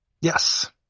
Yes